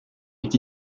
est